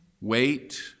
wait